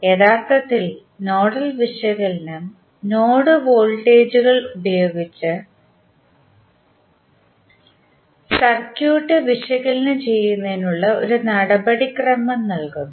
യഥാർത്ഥത്തിൽ നോഡൽ വിശകലനം നോഡ് വോൾട്ടേജുകൾ ഉപയോഗിച്ച് സർക്യൂട്ട് വിശകലനം ചെയ്യുന്നതിനുള്ള ഒരു നടപടിക്രമം നൽകുന്നു